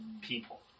people